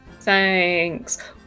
thanks